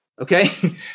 okay